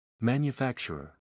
Manufacturer